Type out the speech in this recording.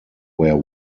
where